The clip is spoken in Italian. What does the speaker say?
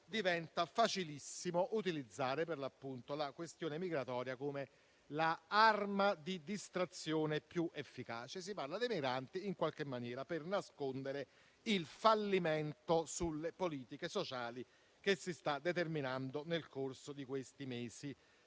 diventa facilissimo utilizzare la questione migratoria come arma di distrazione più efficace: si parla dei migranti per nascondere il fallimento sulle politiche sociali che si sta determinando nel corso di questi mesi.